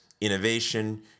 innovation